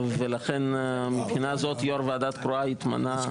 ולכן מבחינה זאת יו"ר ועדה קרואה התמנה.